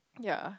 ya